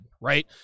right